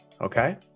okay